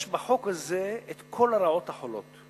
יש בחוק הזה כל הרעות החולות.